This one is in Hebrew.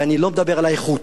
ואני לא מדבר על האיכות.